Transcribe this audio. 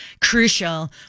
crucial